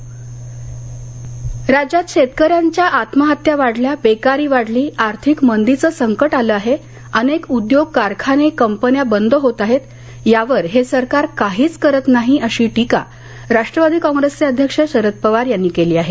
पवार उस्मानाबाद राज्यात शेतकऱ्यांच्या आत्महत्या वाढल्या बेकारी वाढली आर्थिक मंदीचं संकट आलं आहे अनेक उद्योग कारखाने कंपन्या बंद होत आहेत त्यावर हे सरकार काहीच करत नाही अशी टीका राष्ट्रवादी कॉग्रेसचे अध्यक्ष शरद पवार यांनी केली आहे